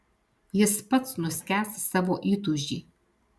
jis pats nuskęs savo įtūžy